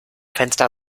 fenster